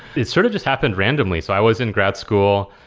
it sort of just happened randomly. so i was in grad school.